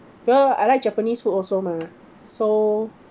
ya lor I like japanese food also mah so